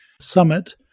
summit